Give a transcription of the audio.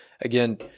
Again